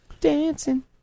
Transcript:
dancing